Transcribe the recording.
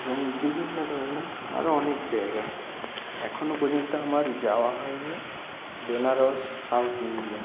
এবং বিভিন্ন ধরণের আরো অনেক জায়গা এখনো পর্যন্ত আমার যাওয়া হয়নি বেনারস সাউথ ইন্ডিয়া